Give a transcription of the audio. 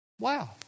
Wow